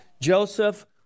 Joseph